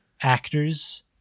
actors